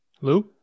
Lou